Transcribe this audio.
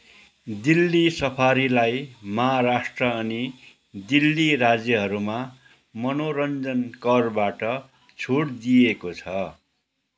दिल्ली सफारीलाई महाराष्ट्र अनि दिल्ली राज्यहरूमा मनोरञ्जन करबाट छुट दिइएको छ